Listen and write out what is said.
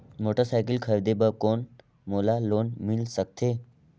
Motorcycle खरीदे बर कौन मोला लोन मिल सकथे?